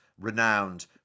renowned